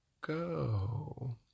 go